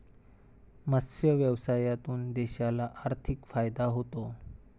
मत्स्य व्यवसायातून देशाला आर्थिक फायदा होतो